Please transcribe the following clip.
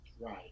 Right